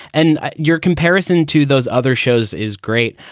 and your comparison to those other shows is great.